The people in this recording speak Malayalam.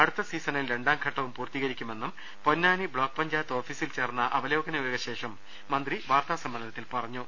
അടുത്ത സീസണിൽ രണ്ടാംഘട്ടവും പൂർത്തീകരിക്കുമെന്നും പൊന്നാനി ബ്ലോക്ക് പഞ്ചായത്ത് ഓഫീസിൽ ചേർന്ന അവലോകനയോഗശേഷം മന്ത്രി വാർത്താ സമ്മേളനത്തിൽ പറഞ്ഞു